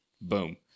Boom